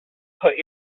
put